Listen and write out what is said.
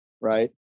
right